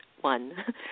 One